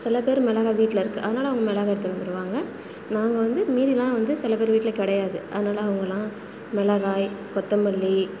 சில பேர் மிளகா வீட்டில் இருக்குது அதனாலே அவங்க மிளகா எடுத்துகிட்டு வந்துடுவாங்க நாங்கள் வந்து மீதியெலாம் வந்து சில பேர் வீட்டில் கிடையாது அதனாலே அவங்கள்லாம் மிளகாய் கொத்தமல்லி